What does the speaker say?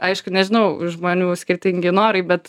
aišku nežinau žmonių skirtingi norai bet